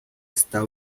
está